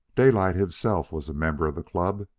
daylight himself was a member of the club,